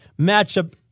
Matchup